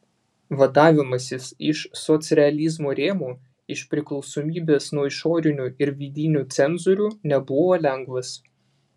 vadavimasis iš socrealizmo rėmų iš priklausomybės nuo išorinių ir vidinių cenzorių nebuvo lengvas